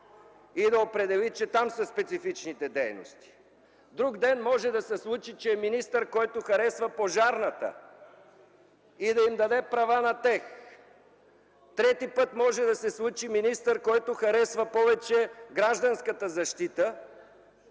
да определи, че там са специфичните дейности. Друг ден може да се случи, че е министър, който харесва Пожарната и да им даде права на тях. Трети път може да се случи министър, който харесва повече Гражданска защита,